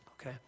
Okay